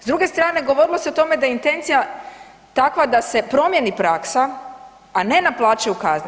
S druge strane, govorilo se o tome da je intencija takva da se promijeni praksa, a ne naplaćuju kazne.